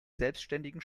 selbstständigen